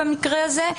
במקרה הזה.